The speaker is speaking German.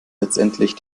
letztendlich